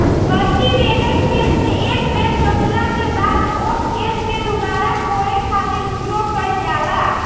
cultivator खेत से एक बेर जोतला के बाद ओ खेत के दुबारा कोड़े खातिर उपयोग कईल जाला